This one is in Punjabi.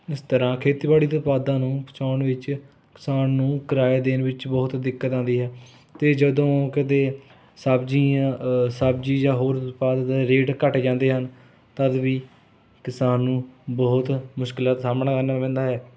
ਇਸ ਤਰ੍ਹਾਂ ਖੇਤੀਬਾੜੀ ਦੇ ਉਤਪਾਦਾਂ ਨੂੰ ਪਹੁੰਚਾਉਣ ਵਿੱਚ ਕਿਸਾਨ ਨੂੰ ਕਿਰਾਇਆ ਦੇਣ ਵਿੱਚ ਬਹੁਤ ਦਿੱਕਤ ਆਉਂਦੀ ਹੈ ਅਤੇ ਜਦੋਂ ਕਦੇ ਸਬਜ਼ੀਆਂ ਸਬਜ਼ੀ ਜਾਂ ਹੋਰ ਉਤਪਾਦ ਦੇ ਰੇਟ ਘੱਟ ਜਾਂਦੇ ਹਨ ਤਦ ਵੀ ਕਿਸਾਨ ਨੂੰ ਬਹੁਤ ਮੁਸ਼ਕਿਲਾਂ ਦਾ ਸਾਹਮਣਾ ਕਰਨਾ ਪੈਂਦਾ ਹੈ